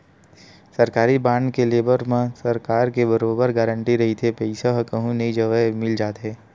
सरकारी बांड के लेवब म सरकार के बरोबर गांरटी रहिथे पईसा ह कहूँ नई जवय मिल जाथे